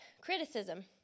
Criticism